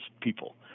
people